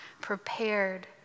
prepared